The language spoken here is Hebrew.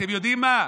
ואתם יודעים מה,